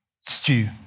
stew